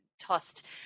tossed